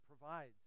provides